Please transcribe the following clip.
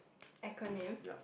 acronym